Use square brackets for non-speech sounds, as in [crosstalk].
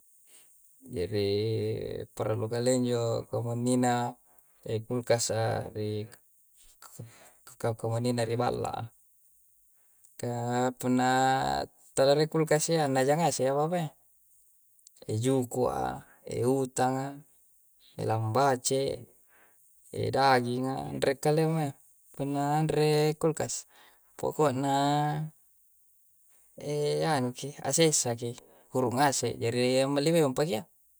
Jari parallu kalea' injo kamunnina ekulkasa ri k k kamunnina ri balla'a. Ka punna talarie kulkas iyya, naja ngase apa-apayya. Ejukua, eutanga, elambace', edaginga, anrekalemoyya punna anre kulkas. Poko'na [hesitation] anu ki, asessaki. Huru' ngase', jari ammali memang pakiyya.